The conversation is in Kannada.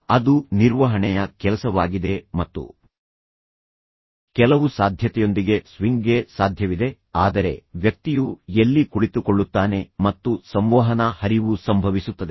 ಅದು ನಿರ್ವಹಣೆಯ ಕೆಲಸವಾಗಿದೆ ಮತ್ತು ಕೆಲವು ಸಾಧ್ಯತೆಯೊಂದಿಗೆ ಸ್ವಿಂಗ್ಗೆ ಸಾಧ್ಯವಿದೆ ಆದರೆ ವ್ಯಕ್ತಿಯು ಎಲ್ಲಿ ಕುಳಿತುಕೊಳ್ಳುತ್ತಾನೆ ಮತ್ತು ಸಂವಹನ ಹರಿವು ಸಂಭವಿಸುತ್ತದೆ